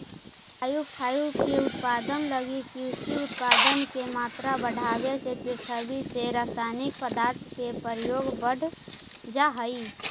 biofuel के उत्पादन लगी कृषि उत्पाद के मात्रा बढ़ावे से पृथ्वी में रसायनिक पदार्थ के प्रयोग बढ़ जा हई